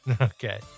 Okay